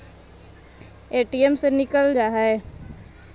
ATM से निकल जा है?